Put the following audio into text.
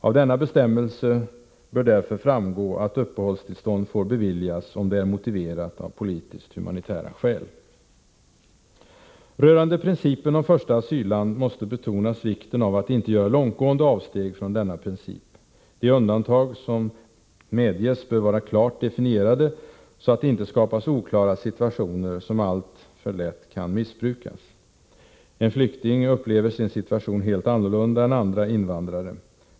Av denna bestämmelse bör därför framgå att uppehållstillstånd får beviljas om det är motiverat av politisk-humanitära skäl. Rörande principen om första asylland måste betonas vikten av att inte göra långtgående avsteg från denna princip. De undantag som medges bör vara klart definierade, så att det inte skapas oklara situationer som alltför lätt kan missbrukas. En flykting upplever sin situation helt annorlunda än andra invandrare.